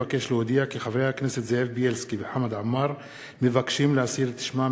אבקש להודיע כי חברי הכנסת זאב בילסקי וחמד עמאר מבקשים להסיר את שמם